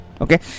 okay